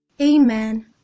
Amen